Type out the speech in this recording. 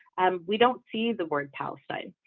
um we don't see the word palestine